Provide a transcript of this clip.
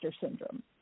syndrome